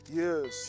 yes